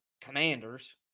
Commanders